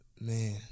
Man